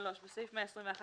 (3)בסעיף 121,